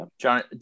John